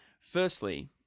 Firstly